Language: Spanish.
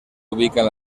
ubican